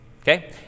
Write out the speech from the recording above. Okay